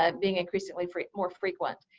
um being increasingly more frequent.